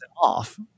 off